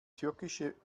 türkische